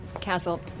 Castle